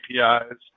APIs